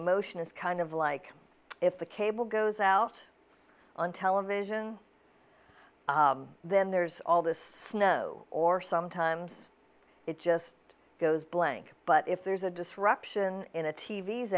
emotion is kind of like if the cable goes out on television then there's all this snow or sometimes it just goes blank but if there's a disruption in a t